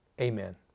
Amen